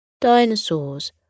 Dinosaurs